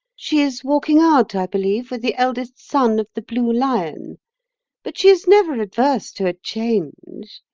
she is walking out, i believe, with the eldest son of the blue lion but she is never adverse to a change.